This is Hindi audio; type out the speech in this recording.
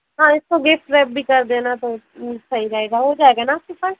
हाँ इसको गिफ्ट रैप भी कर देना तो सही रहेगा हो जायेगा न आपके पास